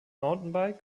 mountain